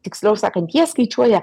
tiksliau sakant jie skaičiuoja